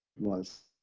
was.